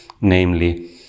namely